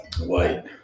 White